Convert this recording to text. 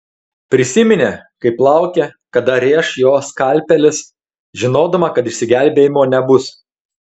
prisiminė kaip laukė kada rėš jo skalpelis žinodama kad išsigelbėjimo nebus